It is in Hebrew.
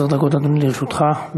עשר דקות, אדוני, לרשותך.